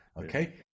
okay